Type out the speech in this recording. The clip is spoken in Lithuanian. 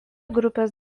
grupės